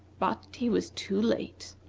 but he was too late.